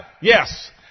yes